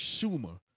Schumer